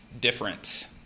different